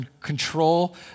control